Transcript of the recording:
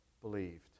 believed